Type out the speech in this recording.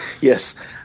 Yes